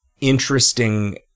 interesting